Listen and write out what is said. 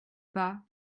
pas